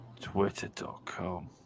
twitter.com